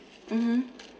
mmhmm